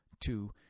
Two